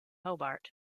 hobart